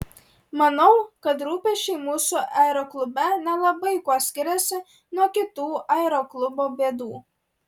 manau kad rūpesčiai mūsų aeroklube nelabai kuo skiriasi nuo kitų aeroklubų bėdų